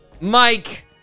Mike